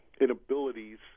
inabilities